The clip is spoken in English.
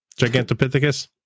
Gigantopithecus